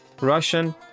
Russian